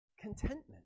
contentment